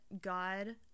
God